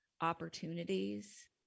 opportunities